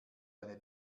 eine